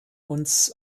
uns